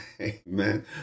amen